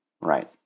Right